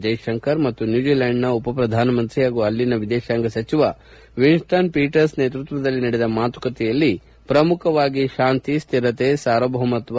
ಜ್ಟೆಶಂಕರ್ ಮತ್ತು ನ್ಯೂಜಿಲೆಂಡ್ನ ಉಪ ಪ್ರಧಾನ ಮಂತ್ರಿ ಹಾಗೂ ಅಲ್ಲಿನ ವಿದೇಶಾಂಗ ಸಚಿವ ವಿನ್ಸ್ವನ್ ಪೀಟರ್ಸ್ ನೇತೃತ್ವದಲ್ಲಿ ನಡೆದ ಮಾತುಕತೆಯಲ್ಲಿ ಪ್ರಮುಖವಾಗಿ ಶಾಂತಿ ಸ್ದಿರತೆ ಸಾರ್ವಭೌಮತ್ವ